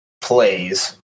plays